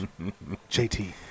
JT